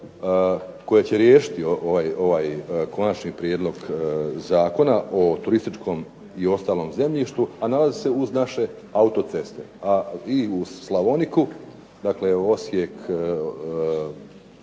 koja će riješiti ovaj Konačni prijedlog zakona o turističkom i ostalom zemljištu, a nalazi se uz naše autoceste i uz Slavoniku, dakle Osijek